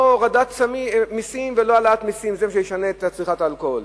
לא הורדת מסים ולא העלאת מסים היא מה שישנה את צריכת האלכוהול.